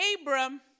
Abram